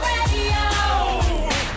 Radio